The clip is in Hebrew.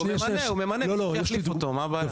הוא ממנה מי שיחליף אותו מה הבעיה?